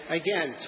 again